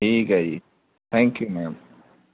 ਠੀਕ ਹੈ ਜੀ ਥੈਂਕ ਯੂ ਮੈਮ